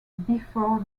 before